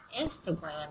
Instagram